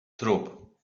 trup